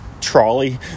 Trolley